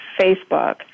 Facebook